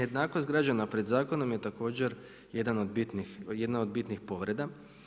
Nejednakosti građana pred zakonom je također jedna od bitnih povreda.